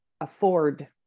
afford